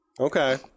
Okay